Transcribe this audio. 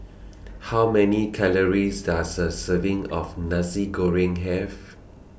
How Many Calories Does A Serving of Nasi Goreng Have